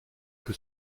que